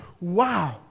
wow